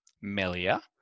Melia